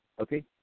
okay